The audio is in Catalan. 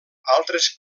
altres